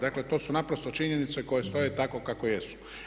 Dakle to su naprosto činjenice koje stoje tako kako jesu.